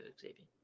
Xavier